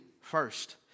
first